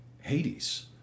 Hades